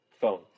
phone